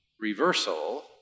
reversal